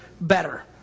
better